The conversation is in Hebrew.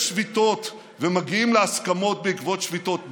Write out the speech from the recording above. יש שביתות, ומגיעים להסכמות בעקבות שביתות.